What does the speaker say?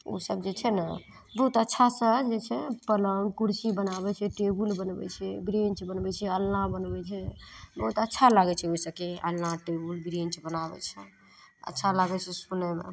उसब जे छै ने बहुत अच्छासँ जे छै पलङ्ग कुर्सी बनाबय छै टेबुल बनबय छै बेंच बनबय छै अलना बनबय छै बहुत अच्छा लागय छै ओइसँ कि अलना टेबुल बेंच बनाबय छै अच्छा लागय छै सुनयमे